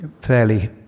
Fairly